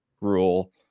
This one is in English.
Rule